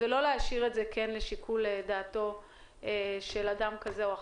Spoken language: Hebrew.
ולא להשאיר את זה רק לשיקול דעתו של אדם כזה או אחר.